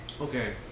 okay